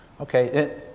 Okay